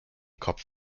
kopf